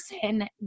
person